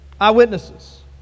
Eyewitnesses